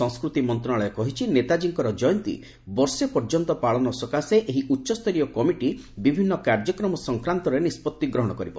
ସଂସ୍କୃତି ମନ୍ତ୍ରଣାଳୟ କହିଛି ନେତାଜୀଙ୍କର ଜୟନ୍ତୀ ବର୍ଷେ ପର୍ଯ୍ୟନ୍ତ ପାଳନ ସକାଶେ ଏହି ଉଚ୍ଚସରୀୟ କମିଟି ବିଭିନ୍ନ କାର୍ଯ୍ୟକ୍ରମ ସଂକାନ୍ତରେ ନିଷ୍ପଭି ଗ୍ରହଣ କରିବ